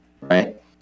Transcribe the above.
right